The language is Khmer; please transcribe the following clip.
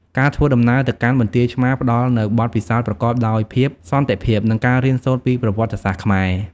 ការធ្វើដំណើរទៅកាន់បន្ទាយឆ្មារផ្តល់នូវបទពិសោធន៍ប្រកបដោយភាពសន្តិភាព និងការរៀនសូត្រពីប្រវត្តិសាស្ត្រខ្មែរ។